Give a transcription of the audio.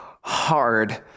hard